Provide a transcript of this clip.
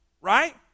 right